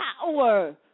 power